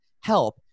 help